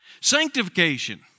Sanctification